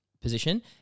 position